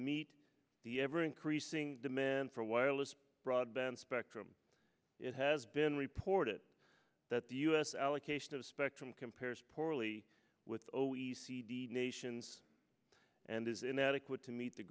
meet the ever increasing demand for wireless broadband spectrum it has been reported that the u s allocation of spectrum compares poorly with o e c d nations and is inadequate to meet the